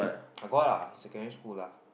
I got lah secondary school lah